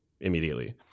immediately